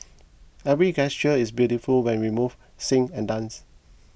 every gesture is beautiful when we move sing and dance